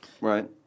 right